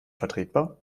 vertretbar